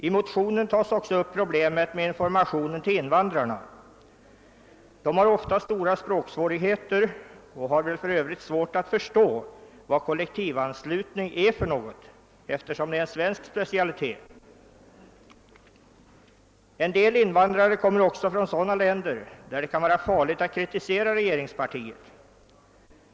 I motionen berörs också problemet med information till invandrarna. Dessa har ofta stora språksvårigheter, och det är väl för övrigt svårt för dem att förstå vad kollektivanslutningen innebär, eftersom den är en svensk specialitet. En del invandrare kommer också från länder där det kan vara farligt att kritisera regeringspartiet.